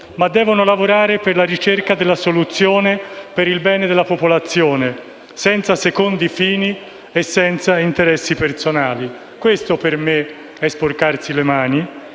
ma devono lavorare per la ricerca della soluzione che sia il bene della popolazione, senza secondi fini e senza interessi personali. Questo equivale per me a sporcarsi le mani